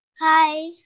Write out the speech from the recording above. hi